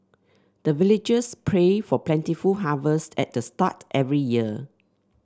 the villagers pray for plentiful harvest at the start every year